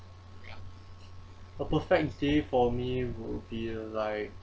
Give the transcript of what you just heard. a perfect day for me would be a like